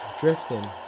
drifting